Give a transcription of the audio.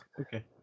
okay